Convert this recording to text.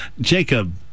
Jacob